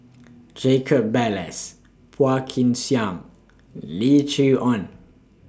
Jacob Ballas Phua Kin Siang Lim Chee Onn